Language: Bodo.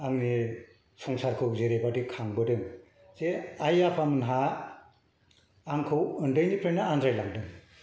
आंनि संसारखौ जेरैबादि खांबोदों जे आइ आफामोनहा आंखौ उन्दैनिफ्रायनो आंखौ आनज्राय लांदों